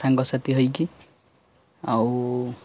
ସାଙ୍ଗସାଥି ହେଇକି ଆଉ